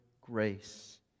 grace